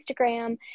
Instagram